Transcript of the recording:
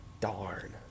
Darn